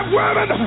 women